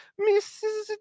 Mrs